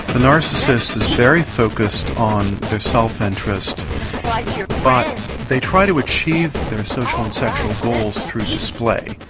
the narcissist is very focussed on self interest like yeah but they try to achieve their social and sexual goals through display,